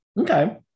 Okay